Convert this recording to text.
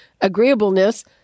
agreeableness